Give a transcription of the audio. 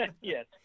Yes